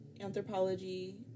anthropology